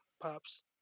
Pops